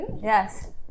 Yes